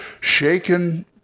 Shaken